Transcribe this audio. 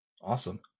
Awesome